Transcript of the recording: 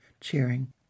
cheering